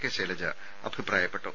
K Shailaja അഭിപ്രായപ്പെട്ടു